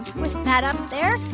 twist that up there.